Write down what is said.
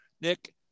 Nick